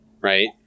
Right